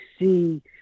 see